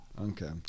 Okay